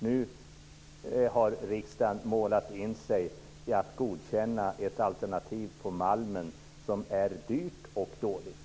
Nu har riksdagen målat in sig i ett godkännande av ett alternativ på Malmen som är dyrt och dåligt.